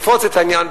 לפרוץ את העניין,